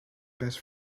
best